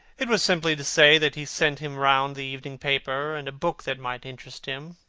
it was simply to say that he sent him round the evening paper, and a book that might interest him,